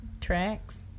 tracks